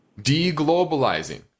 deglobalizing